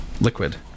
liquid